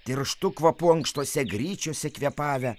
tirštu kvapu ankštose gryčiose kvėpavę